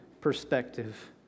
perspective